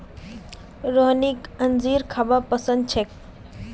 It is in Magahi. रोहिणीक अंजीर खाबा पसंद छेक